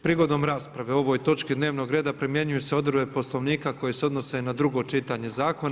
Prigodom rasprave o ovoj točki dnevnog reda primjenjuju se odredbe Poslovnika koje se odnose na drugo čitanje zakona.